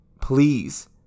Please